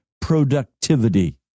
productivity